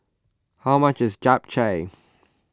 how much is Japchae